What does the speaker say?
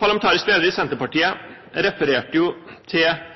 Parlamentarisk leder i Senterpartiet refererte til